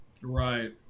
Right